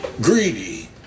greedy